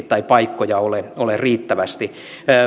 tai paikkoja ei alueellisesti ole riittävästi